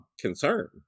concern